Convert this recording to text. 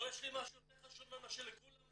יש לי משהו יותר חשוב ממה שלכולם פה.